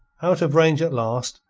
out of range, at last,